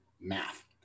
math